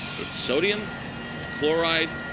it's sodium and chloride.